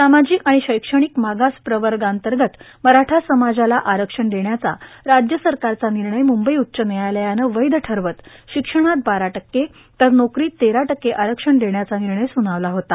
सामाजिक आणि विक्षणिक मागास प्रवर्गाअंतर्गत मराठा समाजाता आरक्षण देण्याचा राज्य सरकारचा निर्णय मुंबई उच्च न्यायालयानं वैय ठरवत शिक्षणात बारा टक्के तर नोकरीत तेरा टक्के आरक्षण देण्याचा निर्णय सुनावला होता